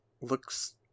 looks